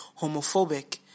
homophobic